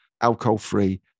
alcohol-free